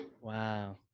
Wow